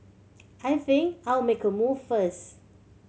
I think I'll make a move first